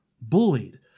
Bullied